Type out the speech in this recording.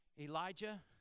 Elijah